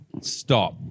Stop